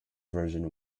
version